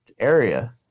area